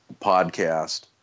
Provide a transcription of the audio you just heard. podcast